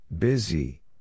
Busy